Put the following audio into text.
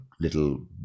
little